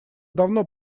давно